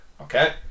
Okay